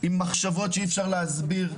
מחשבות שאי אפשר להסביר.